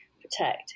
protect